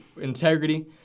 Integrity